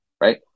right